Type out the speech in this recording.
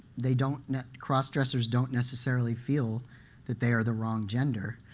they don't cross-dressers don't necessarily feel that they are the wrong gender,